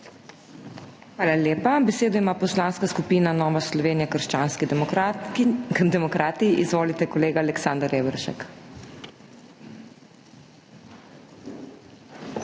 Hvala lepa. Besedo ima Poslanska skupina Nova Slovenija – krščanski demokrati. Izvolite, kolega Aleksander Reberšek.